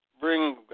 bring